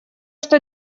что